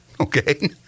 Okay